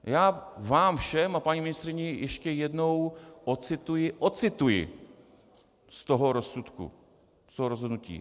Já vám všem a paní ministryni ještě jednou ocituji, ocituji z toho rozsudku, z toho rozhodnutí.